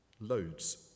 Loads